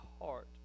heart